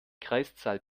kreiszahl